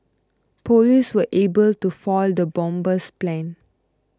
police were able to foil the bomber's plan